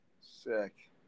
Sick